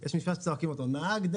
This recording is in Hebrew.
"נהג,